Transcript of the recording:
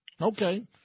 Okay